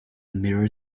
mirror